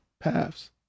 paths